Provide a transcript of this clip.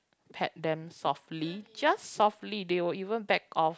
pet them softly just softly they will even back off